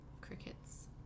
Crickets